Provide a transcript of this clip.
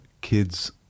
kid's